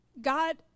God